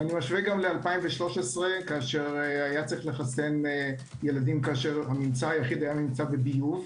וגם ל-2013 כשהיה צריך לחסן ילדים כשהממצא היחיד היה בביוב.